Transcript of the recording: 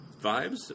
vibes